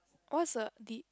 what's a di~